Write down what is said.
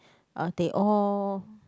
uh Teh-O